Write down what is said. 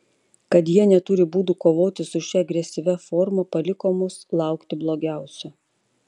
kad jie neturi būdų kovoti su šia agresyvia forma paliko mus laukti blogiausio